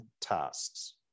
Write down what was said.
tasks